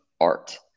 art